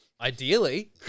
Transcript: ideally